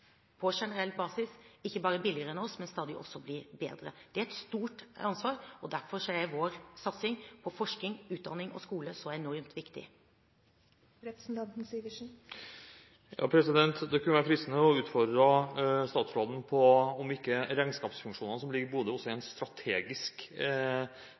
på generell basis ikke bare er billigere enn oss, men også stadig blir bedre. Det er et stort ansvar, og derfor er vår satsing på forskning, utdanning og skole så enormt viktig. Det kunne vært fristende å utfordre statsråden på om ikke regnskapsfunksjonene som ligger i Bodø, også